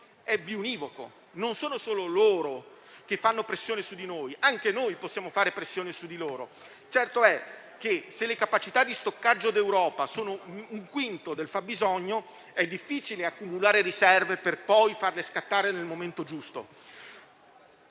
è biunivoco, non sono solo loro che fanno pressione su di noi, anche noi possiamo fare pressione su di loro. Certo è che se le capacità di stoccaggio d'Europa sono un quinto del fabbisogno, è difficile accumulare riserve per poi farle scattare nel momento giusto.